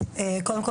קודם כל,